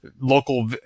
local